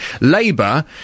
Labour